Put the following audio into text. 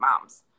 moms